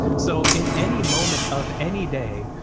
so in any moment of any day,